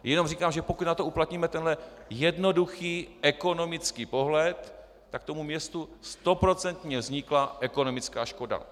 Jenom říkám, že pokud na to uplatníme tenhle jednoduchý ekonomický pohled, tak městu stoprocentně vznikla ekonomická škoda.